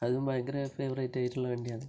അതും ഭയങ്കര ഫേവറേറ്റായിട്ടുള്ള വണ്ടിയാണ്